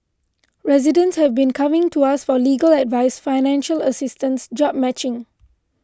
residents have been coming to us for legal advice financial assistance job matching